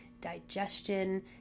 digestion